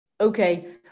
Okay